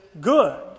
good